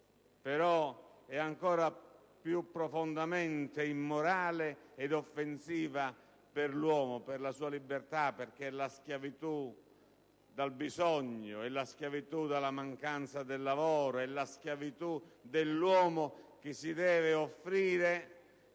però è ancora più profondamente immorale ed offensiva per l'uomo e per la sua libertà, perché è la schiavitù del bisogno, è la schiavitù della mancanza di lavoro, è la schiavitù dell'uomo che si deve offrire,